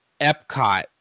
Epcot